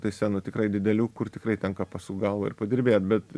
tai scenų tikrai didelių kur tikrai tenka pasukt galvą ir padirbėt bet